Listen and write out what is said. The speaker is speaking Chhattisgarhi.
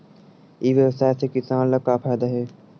ई व्यवसाय से किसान ला का फ़ायदा हे?